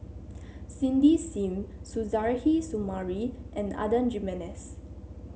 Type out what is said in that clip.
Cindy Sim Suzairhe Sumari and Adan Jimenez